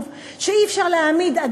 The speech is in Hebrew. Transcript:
ואני רוצה לקחת את זה למקום